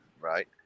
Right